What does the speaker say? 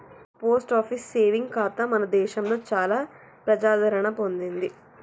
post office saving ఖాతా మన దేశంలో చాలా ప్రజాదరణ పొందింది